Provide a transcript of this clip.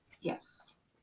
Yes